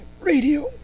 radio